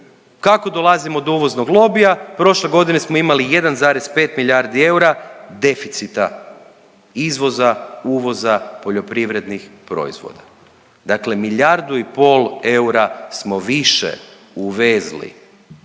Kako dolazimo do uvoznog lobija? Prošle godine smo imali 1,5 milijardi eura deficita izvoza, uvoza poljoprivrednih proizvoda. Dakle, milijardu i pol eura smo više uvezli